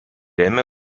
ėmė